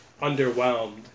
underwhelmed